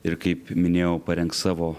ir kaip minėjau parengs savo